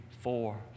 four